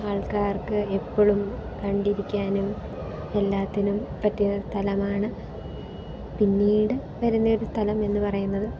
ആൾക്കാർക്ക് എപ്പോഴും കണ്ടിരിക്കാനും എല്ലാത്തിനും പറ്റിയ ഒരു സ്ഥലമാണ് പിന്നീട് വരുന്ന ഒരു സ്ഥലമെന്ന് പറയുന്നത്